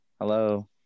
hello